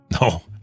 No